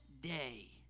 day